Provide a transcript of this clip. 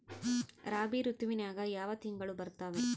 ರಾಬಿ ಋತುವಿನ್ಯಾಗ ಯಾವ ತಿಂಗಳು ಬರ್ತಾವೆ?